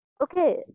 Okay